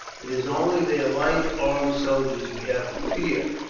it is only their light armed soldiers we have to fear,